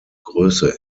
größe